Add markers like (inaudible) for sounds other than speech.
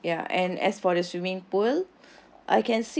(noise) ya and as for the swimming pool